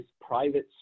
private